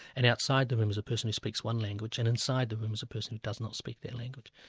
and outside the room is a person who speaks one language, and inside the room is a person who does not speak that language.